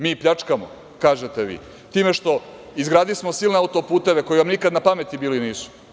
Mi pljačkamo, kažete vi, time što izgradismo silne autoputeve koji vam nikad na pameti bili nisu.